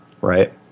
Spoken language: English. right